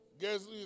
Guess